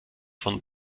von